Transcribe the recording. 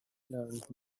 leaned